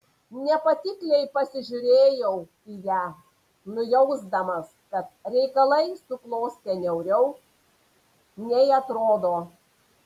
nepatikliai pasižiūrėjau į ją nujausdamas kad reikalai suklostė niauriau nei atrodo